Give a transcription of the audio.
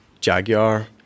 Jaguar